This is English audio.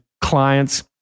clients